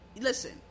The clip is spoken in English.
listen